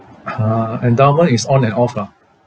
uh endowment is on and off lah